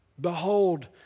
Behold